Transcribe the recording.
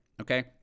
okay